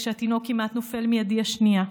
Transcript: כשהתינוק כמעט נופל מידי השנייה.